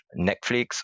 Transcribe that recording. Netflix